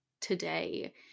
today